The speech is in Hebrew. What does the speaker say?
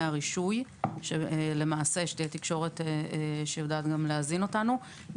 הרישוי כדי שתהיה תקשורת שיודעת גם להזין אותנו.